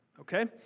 okay